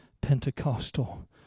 Pentecostal